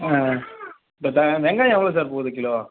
ஆ ஆ வெங்காயம் எவ்வளோ சார் போகுது கிலோ